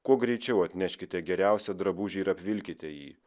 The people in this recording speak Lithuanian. kuo greičiau atneškite geriausią drabužį ir apvilkite jį